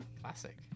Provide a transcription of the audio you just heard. Classic